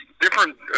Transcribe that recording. different